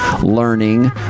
learning